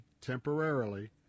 temporarily